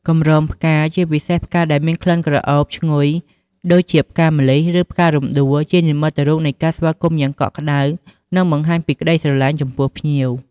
កម្រងផ្កាជាពិសេសផ្កាដែលមានក្លិនក្រអូបឈ្ងុយ ដូចជាផ្កាម្លិះ ឬផ្ការំដួល ជានិមិត្តរូបនៃការស្វាគមន៍យ៉ាងកក់ក្តៅ និងបង្ហាញពីក្ដីស្រឡាញ់ចំពោះភ្ញៀវ។